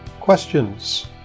questions